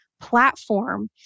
platform